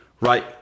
right